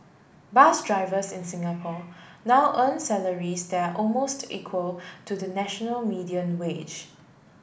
bus drivers in Singapore now earn salaries that are almost equal to the national median wage